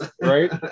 Right